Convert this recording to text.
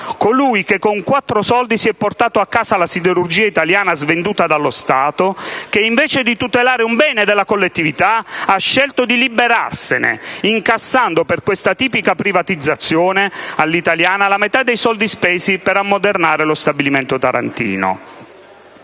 colui che con quattro soldi si è portato a casa la siderurgia italiana svenduta dallo Stato che, invece di tutelare un bene della collettività, ha scelto di liberarsene, incassando per questa tipica privatizzazione all'italiana la metà dei soldi spesi per ammodernare lo stabilimento tarantino.